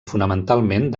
fonamentalment